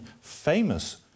famous